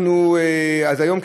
היום,